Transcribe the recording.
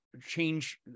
change